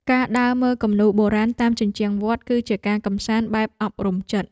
ការដើរមើលគំនូរបុរាណតាមជញ្ជាំងវត្ត គឺជាការកម្សាន្តបែបអប់រំចិត្ត។